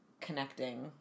connecting